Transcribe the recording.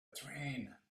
train